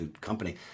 company